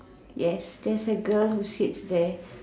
yes there's a girl who sits there